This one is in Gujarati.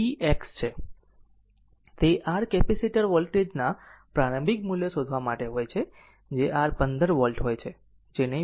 એક્સ છે તે R કેપેસિટર વોલ્ટેજ ના પ્રારંભિક મૂલ્યો શોધવા માટે હોય છે જે R 10 વોલ્ટ હોય છે જેને v